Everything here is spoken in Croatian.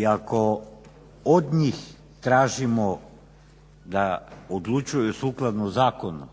I ako od njih tražimo da odlučuju sukladno zakonu,